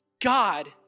God